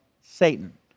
Satan